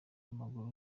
w’amaguru